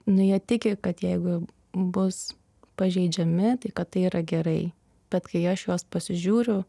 nu jie tiki kad jeigu bus pažeidžiami tai kad tai yra gerai bet kai aš į juos pasižiūriu